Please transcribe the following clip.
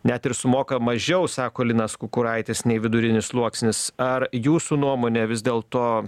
net ir sumoka mažiau sako linas kukuraitis nei vidurinis sluoksnis ar jūsų nuomone vis dėlto